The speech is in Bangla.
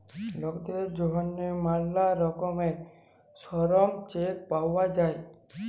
লকদের জ্যনহে ম্যালা রকমের শরম চেক পাউয়া যায়